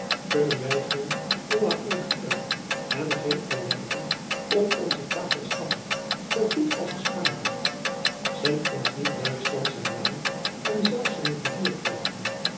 kunnen wy geen ollapodrida en geen olijven op onze tafels schaffen zoo goed als de spanjaart zendt ons niet duitschland zijn wijn en zelfs zijn